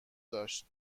داشت